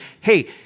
hey